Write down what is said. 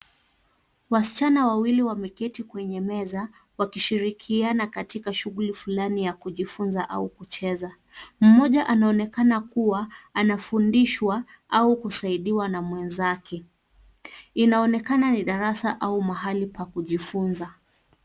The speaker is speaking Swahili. Wasichana wawili wameketi kwenye meza, wakishirikiana katika shughuli fulani ya kujifunza au kucheza. Mmoja anaonekana kuwa anafundishwa au kusaidiwa na mwenzake, inaonekana ni darasa au mahali pa kujifunza.